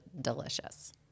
delicious